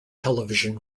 television